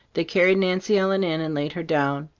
they carried nancy ellen in and laid her down.